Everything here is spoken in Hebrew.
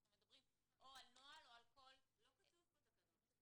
אנחנו מדברים או על נוהל --- לא כתוב כאן תקנות.